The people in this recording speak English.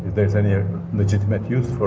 there's any ah legitimate use for